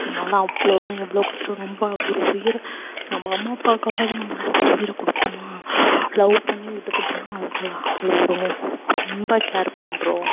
அதனால அவ்வளோலாம் எவ்வளோ கஷ்டம் நம்ம ஒரு உயிரை நம்ம அம்மா அப்பாவுக்காக தான் நம்ம நம்ம உயிரை கொடுப்பமா லவ் பண்ணி விட்டுட்டு போனால் அழுவுறோம் ரொம்ப கேர் பண்ணுறோம்